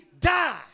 die